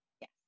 Yes